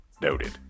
Noted